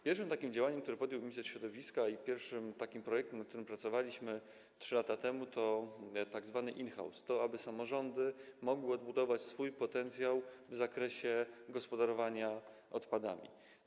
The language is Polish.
Pierwszym takim działaniem, które podjął minister środowiska, i pierwszym takim projektem, nad którym pracowaliśmy 3 lata temu, był tzw. in-house - aby samorządy mogły odbudować swój potencjał w zakresie gospodarowania odpadami.